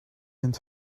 and